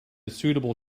suitable